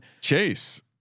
Chase